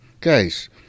guys